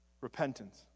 repentance